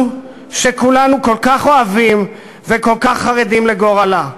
שכולנו כל כך אוהבים וכל כך חרדים לגורלה.